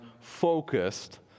focused